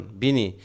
bini